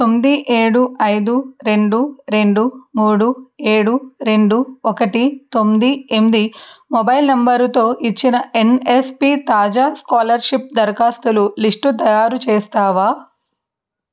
తొమ్మిది ఏడు ఐదు రెండు రెండు మూడు ఏడు రెండు ఒకటి తొమ్మిది ఎనిమిది మొబైల్ నంబరుతో ఇచ్చిన ఎన్ఎస్పి తాజా స్కాలర్షిప్ దరఖాస్తులు లిస్టు తయారు చేస్తావా